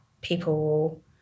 people